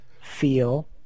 feel